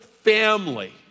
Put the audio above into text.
family